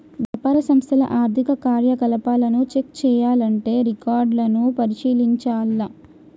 వ్యాపార సంస్థల ఆర్థిక కార్యకలాపాలను చెక్ చేయాల్లంటే రికార్డులను పరిశీలించాల్ల